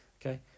Okay